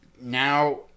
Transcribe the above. Now